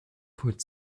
put